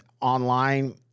online